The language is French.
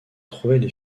trouvaient